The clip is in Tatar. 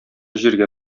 җиргә